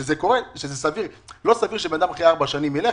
וזה סביר - לא סביר שאדם אחרי 4 שנים ילך.